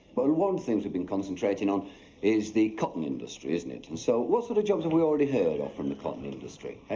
but one of the things we've been concentrating on is the cotton industry, isn't it? and so, what sort of jobs have we already heard of from the cotton industry, hey?